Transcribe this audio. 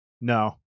No